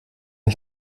ich